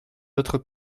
autres